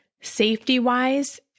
Safety-wise